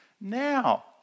now